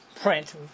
print